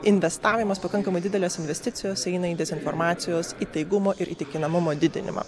investavimas pakankamai didelės investicijos eina į dezinformacijos įtaigumo ir įtikinamumo didinimą